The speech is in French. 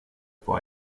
pour